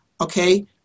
Okay